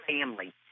family